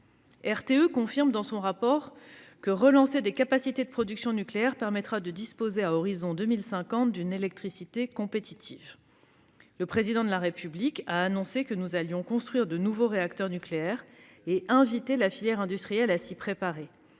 RTE confirme dans son rapport que la relance des capacités de production nucléaire permettra aux Français de disposer à l'horizon de 2050 d'une électricité compétitive. Le Président de la République a annoncé la construction de nouveaux réacteurs nucléaires, en invitant la filière industrielle à s'y préparer.